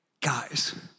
Guys